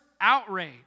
outrage